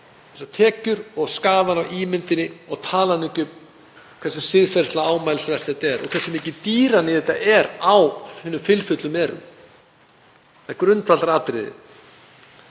þessar tekjur, skaðann á ímyndinni og ég tala nú ekki um hversu siðferðislega ámælisvert þetta er og hversu mikið dýraníð þetta er á hinum fylfullu merum. Það er grundvallaratriði.